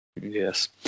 Yes